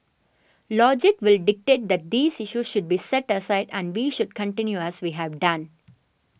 logic will dictate that these issues should be set aside and we should continue as we have done